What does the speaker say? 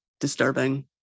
Disturbing